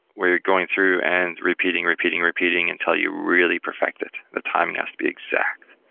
where you're going through and repeating, repeating, repeating until you really perfect it. the timing has to be exact.